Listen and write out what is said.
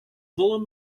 volle